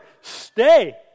Stay